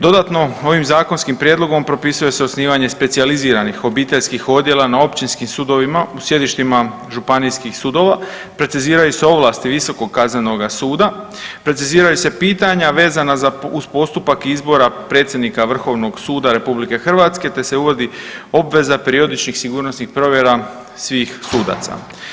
Dodatno ovim Zakonskim prijedlogom propisuje se osnivanje specijaliziranih obiteljskih odjela na Općinskim sudovima u sjedištima Županijskih sudova, preciziraju se ovlasti Visokoga Kaznenog suda, preciziraju se pitanja vezana za , uz postupak izbora Predsjednika Vrhovnog suda Republike Hrvatske, te se uvodi obveza periodičnih sigurnosnih provjera svih sudaca.